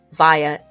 via